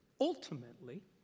ultimately